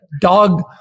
Dog